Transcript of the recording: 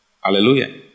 Hallelujah